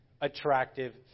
attractive